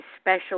special